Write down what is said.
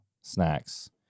snacks